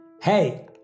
Hey